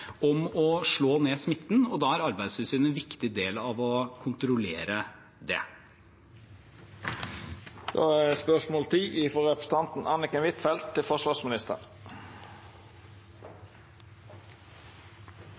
om å slå ned smitten, og da er Arbeidstilsynet en viktig del av å kontrollere det. «Vi er